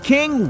King